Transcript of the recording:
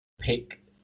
pick